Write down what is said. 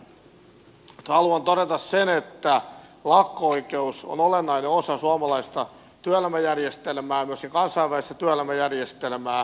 mutta haluan todeta sen että lakko oikeus on olennainen osa suomalaista ja myöskin kansainvälistä työelämäjärjestelmää